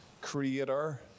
creator